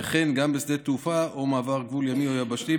ובשדה תעופה או במעבר גבול ימי או יבשתי,